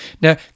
Now